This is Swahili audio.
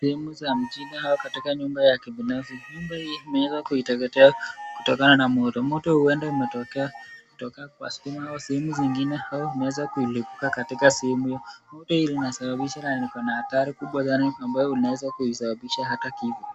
Jengo za mjini au katika nyumba ya kibinafsi, nyumba hii imeweza kuiteketea, kutokana na moto, moto huenda imetokea, kutoka kwa stima au sehemu zingine, au imeeza kuilipuka katika sehemu hio, moto hii inasababisha na iko na hatari kubwa sana ambayo unaeza kuisababishabhata kifo.